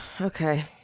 okay